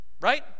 Right